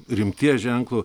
rimties ženklu